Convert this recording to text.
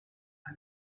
and